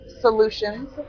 Solutions